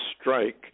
Strike